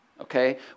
okay